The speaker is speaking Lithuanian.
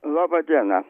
laba diena